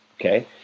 okay